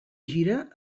gira